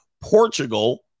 Portugal